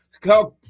Come